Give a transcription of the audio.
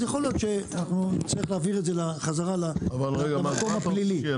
אז יכול להיות שאנחנו נצטרך להעביר את זה חזרה לפרוטוקול הפלילי.